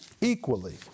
equally